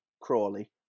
Crawley